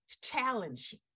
challenge